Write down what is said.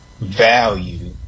value